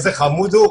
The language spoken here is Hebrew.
איזה חמוד הוא,